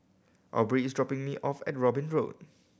Aubree is dropping me off at Robin Road